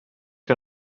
que